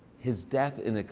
his death in.